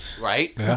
Right